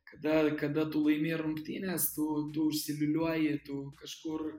kada kada tu laimi rungtynes tu tu užsiliūliuoji tu kažkur